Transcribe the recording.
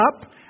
up